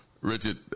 Richard